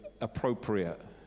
appropriate